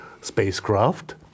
spacecraft